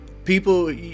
people